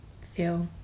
feel